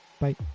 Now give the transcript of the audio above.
bye